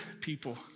people